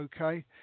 okay